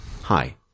Hi